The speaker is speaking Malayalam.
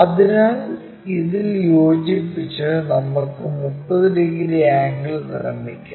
അതിനാൽ ഇതിൽ യോജിപ്പിച്ച് നമുക്ക് 30 ഡിഗ്രി ആംഗിൾ നിർമ്മിക്കാം